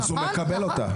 אז הוא מקבל אותה.